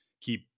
keep